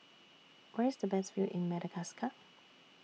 Where IS The Best View in Madagascar